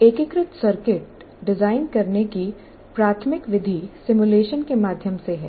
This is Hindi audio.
एक एकीकृत सर्किट डिजाइन करने की प्राथमिक विधि सिमुलेशन के माध्यम से है